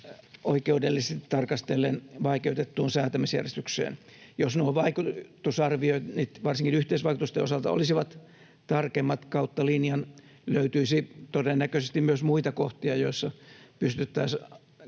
oikeudellisesti tarkastellen vaikeutettuun säätämisjärjestykseen. Jos nuo vaikutusarvioinnit varsinkin yhteisvaikutusten osalta olisivat tarkemmat kautta linjan, löytyisi todennäköisesti myös muita kohtia, joissa pystyttäisiin